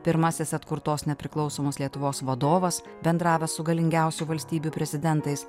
pirmasis atkurtos nepriklausomos lietuvos vadovas bendravęs su galingiausių valstybių prezidentais